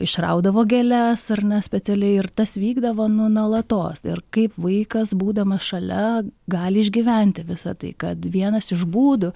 išraudavo gėles ar na specialiai ir tas vykdavo nu nuolatos ir kaip vaikas būdamas šalia gali išgyventi visą tai kad vienas iš būdų